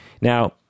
Now